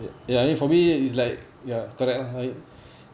ya I mean for me is like ya correct lah